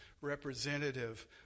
representative